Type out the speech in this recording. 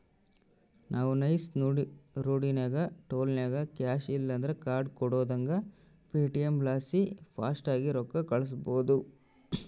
ನಾವು ನೈಸ್ ರೋಡಿನಾಗ ಟೋಲ್ನಾಗ ಕ್ಯಾಶ್ ಇಲ್ಲಂದ್ರ ಕಾರ್ಡ್ ಕೊಡುದಂಗ ಪೇಟಿಎಂ ಲಾಸಿ ಫಾಸ್ಟಾಗ್ಗೆ ರೊಕ್ಕ ಕಳ್ಸ್ಬಹುದು